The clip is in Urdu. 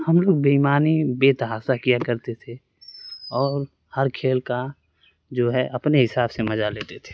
ہم لوگ بے ایمانی بے تحاشا کیا کرتے تھے اور ہر کھیل کا جو ہے اپنے حساب سے مزہ لیتے تھے